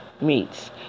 meets